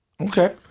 Okay